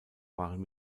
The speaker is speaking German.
waren